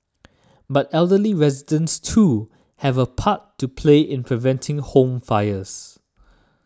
but elderly residents too have a part to play in preventing home fires